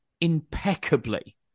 impeccably